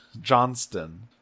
Johnston